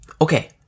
okay